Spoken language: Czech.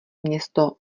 město